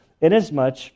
inasmuch